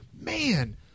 Man